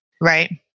right